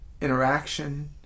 interaction